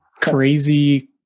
crazy